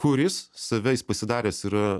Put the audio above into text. kuris save jis pasidaręs yra